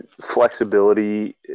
flexibility